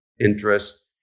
interest